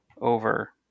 over